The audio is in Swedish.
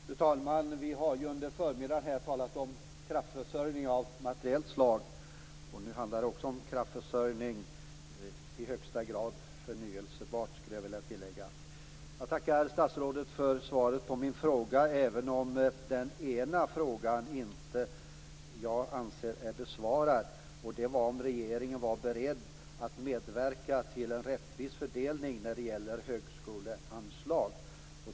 Fru talman! Under förmiddagen har vi här i kammaren talat om kraftförsörjning av materiellt slag. Även nu handlar det om kraftförsörjning - i högsta grad förnybar sådan, skulle jag vilja tillägga. Jag tackar statsrådet för svaret på min interpellation men jag anser inte att den ena frågan där är besvarad, nämligen om regeringen är beredd att medverka till en rättvis fördelning när det gäller högskoleanslag.